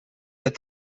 that